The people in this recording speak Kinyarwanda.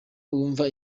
wumva